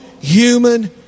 human